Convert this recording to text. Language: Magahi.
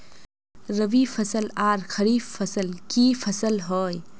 रवि फसल आर खरीफ फसल की फसल होय?